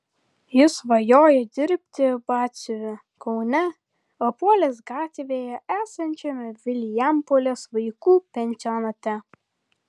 jis svajoja dirbti batsiuviu kaune apuolės gatvėje esančiame vilijampolės vaikų pensionate